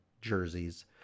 jerseys